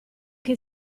che